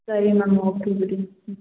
ಸರಿ ma'am okay ಬಿಡಿ ಹ್ಞೂ